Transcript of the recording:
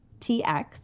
TX